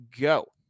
go